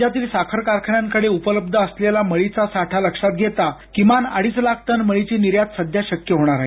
राज्यातील साखर कारखान्यांकडे उपलब्ध असलेला मळी चा साठा लक्षात घेता किमान अडीच लाख टन मळी ची निर्यात शक्य आहे